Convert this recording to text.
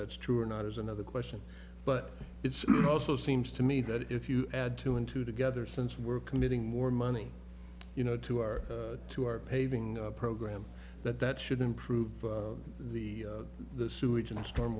that's true or not is another question but it's also seems to me that if you add two and two together since we're committing more money you know to our to our paving programme that that should improve the the sewage and storm